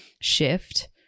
shift